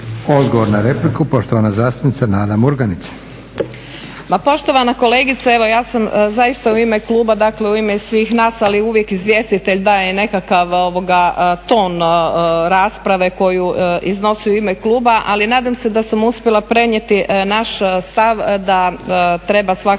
Odgovor na repliku poštovana zastupnica Nada Murganić.